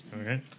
Okay